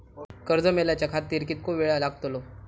कर्ज मेलाच्या खातिर कीतको वेळ लागतलो?